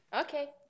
okay